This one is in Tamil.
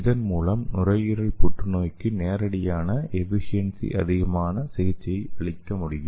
இதன் மூலம் நுரையீரல் புற்றுநோய்க்கு நேரடியான எஃபீஷியேன்ஸி அதிகமான சிகிச்சையை அளிக்க முடியும்